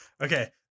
Okay